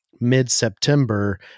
mid-September